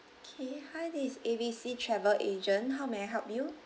okay hi this is A B C travel agent how may I help you